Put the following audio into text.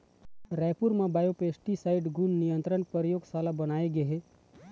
रायपुर म बायोपेस्टिसाइड गुन नियंत्रन परयोगसाला बनाए गे हे